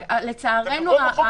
ולצערנו,